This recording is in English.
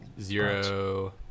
Zero